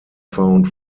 found